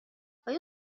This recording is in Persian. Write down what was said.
آیا